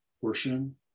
portion